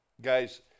Guys